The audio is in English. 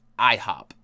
IHOP